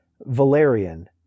Valerian